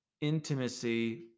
intimacy